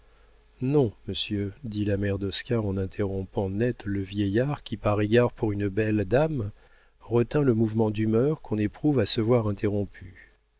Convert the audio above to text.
non monsieur dit la mère d'oscar en interrompant net le vieillard qui par égard pour une belle dame retint le mouvement d'humeur qu'on éprouve à se voir interrompu